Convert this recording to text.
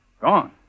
Gone